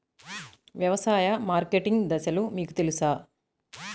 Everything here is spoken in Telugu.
వ్యవసాయ మార్కెటింగ్ దశలు మీకు తెలుసా?